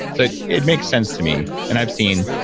so it makes sense to me, and i've seen,